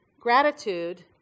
Gratitude